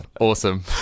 awesome